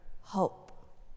hope